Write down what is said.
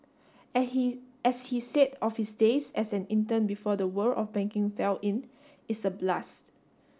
his as he said of his days as an intern before the world of banking fell in it's a blast